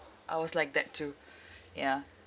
I was like that too yeah